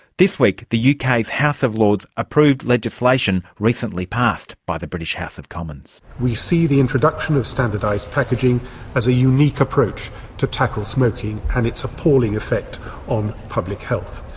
this week the uk's house house of lords approved legislation recently passed by the british house of commons. we see the introduction of standardised packaging as a unique approach to tackle smoking and its appalling effect on public health.